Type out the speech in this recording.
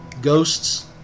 ghosts